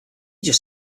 just